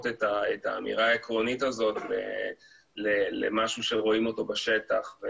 את האמירה העקרונית הזאת למשהו שרואים אותו בשטח.